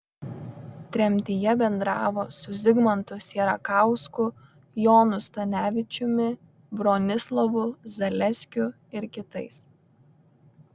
tremtyje bendravo su zigmantu sierakausku jonu stanevičiumi bronislovu zaleskiu ir kitais